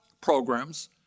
programs